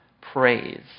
praise